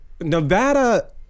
Nevada